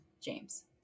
James